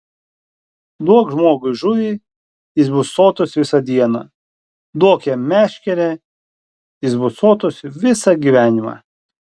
duok žmogui žuvį jis bus sotus visą dieną duok jam meškerę jis bus sotus visą gyvenimą